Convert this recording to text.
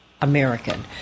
American